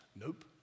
Nope